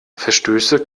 verstöße